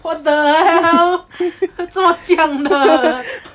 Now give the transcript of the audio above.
what the hell 还做什么这样的